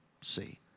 see